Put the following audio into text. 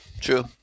True